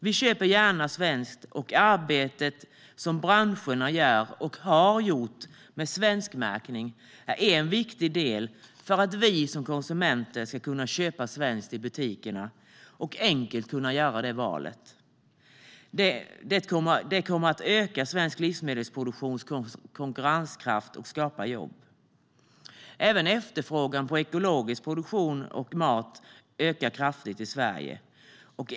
Vi köper gärna svenskt, och arbetet som branscherna gör och har gjort med svenskmärkning är en viktig del för att vi som konsumenter ska kunna köpa svenskt i butikerna och enkelt kunna göra det valet. Det kommer att öka svensk livsmedelsproduktions konkurrenskraft och skapa jobb. Även efterfrågan på ekologisk produktion och mat ökar kraftigt i Sverige.